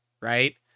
right